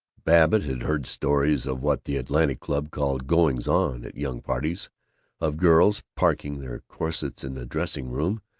babbitt had heard stories of what the athletic club called goings on at young parties of girls parking their corsets in the dressing-room,